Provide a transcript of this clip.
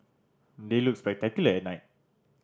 they look spectacular at night